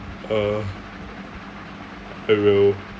uh I will